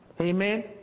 Amen